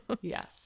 Yes